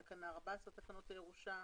תקנה 14 לתקנות הירושה.